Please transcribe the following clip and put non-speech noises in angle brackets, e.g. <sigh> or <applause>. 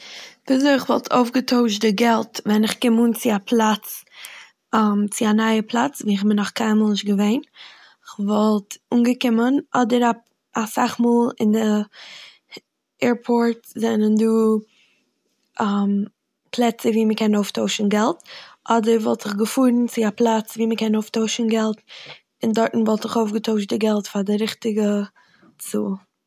וויזוי כ'וואלט אויפגעטוישט די געלט ווען איך קום אן צו א פלאץ- <hesitation> צו א נייע פלאץ וואו כ'בין נאך קיינמאל נישט געווען. כ'וואלט אנגעקומען- אדער אסאך מאל אין די ערפארט זענען דא <hesitation> פלעצער וואו מ'קען אויפטוישן געלט, אדער וואלט איך געפארן צו א פלאץ וואו מ'קען אויפטוישן געלט, און דארטן וואלט איך אויפגעטוישט די געלט פאר די ריכטיגע צאל.